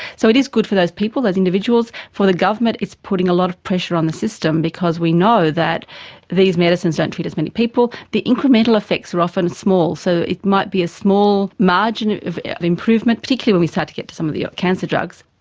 so it is good for those people, those individuals. for the government, it's putting a lot of pressure on the system because we know that these medicines don't treat as many people. the incremental effects are often small so it might be a small margin of of improvement, particularly when we start to get to some of the cancer drugs,